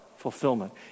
Fulfillment